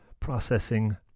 processing